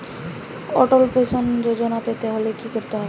অটল pension Yojana পেতে হলে কি করতে হবে?